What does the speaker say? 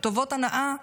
טובות הנאה,